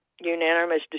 Unanimous